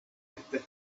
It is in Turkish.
etti